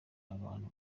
abantu